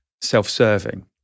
self-serving